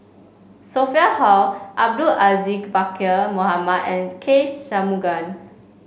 Sophia Hull Abdul Aziz Pakkeer Mohamed and K Shanmugam